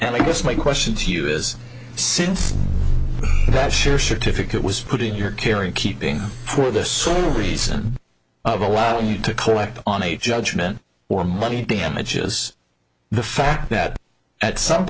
and i guess my question to you is since that share certificate was put in your care and keeping for the sole reason of allowing you to collect on a judgment for money damages the fact that at some